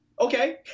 Okay